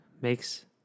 makes